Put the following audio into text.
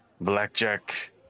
Blackjack